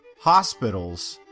hospitals,